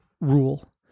rule